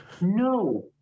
no